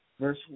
verse